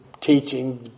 teaching